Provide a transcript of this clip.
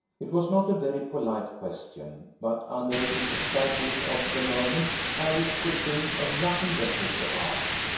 it was not a very polite question, but under the excitement of the moment alice could think of nothing better to ask.